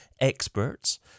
experts